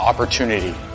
opportunity